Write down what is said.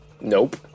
Nope